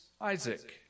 Isaac